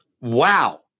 Wow